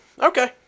Okay